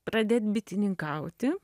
pradėt bitininkauti